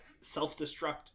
self-destruct